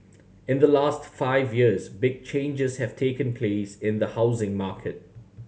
in the last five years big changes have taken place in the housing market